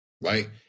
Right